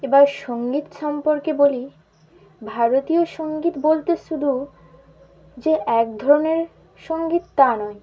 এবার সংগীত সম্পর্কে বলি ভারতীয় সংগীত বলতে শুধু যে এক ধরনের সংগীত তা নয়